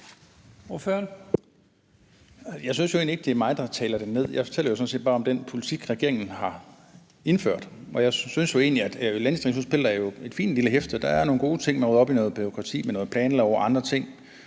Jeg synes jo egentlig ikke, jeg taler det ned. Jeg fortæller jo sådan set bare om den politik, regeringen har indført, og jeg synes jo egentlig, at landdistriktsudspillet er et fint lille hæfte. Man gør op med noget bureaukrati med planloven og andre ting,